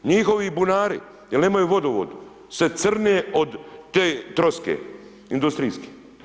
Njihovi bunari jer nemaju vodovod se crne od te troske, industrijske.